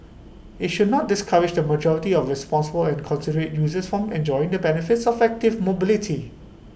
IT should not discourage the majority of responsible and considerate users from enjoying the benefits of active mobility